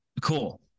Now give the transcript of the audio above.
Cool